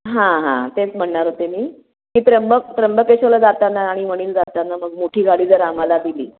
हां हां तेच म्हणणार होते मी की त्रंबक त्रंबकेश्वरला जाताना आणि वणीला जाताना मग मोठी गाडी जर आम्हाला दिली